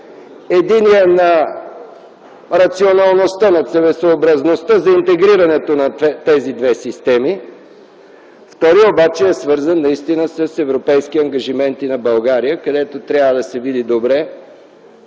Единият е на рационалността, на целесъобразността за интегрирането на тези две системи. Вторият обаче е свързан с европейски ангажименти на България, където трябва да се види добре